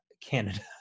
Canada